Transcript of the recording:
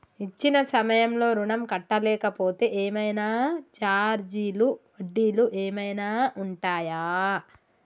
ఇచ్చిన సమయంలో ఋణం కట్టలేకపోతే ఏమైనా ఛార్జీలు వడ్డీలు ఏమైనా ఉంటయా?